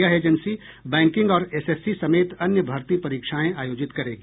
यह agency banking और SSC समेत अन्य भर्ती परीक्षाएं आयोजित करेगी